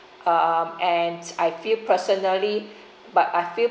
um and I feel personally but I feel